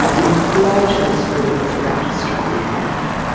and it gradually spread throughout australia from there.